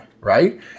right